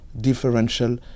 differential